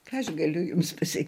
ką aš galiu jums pasakyt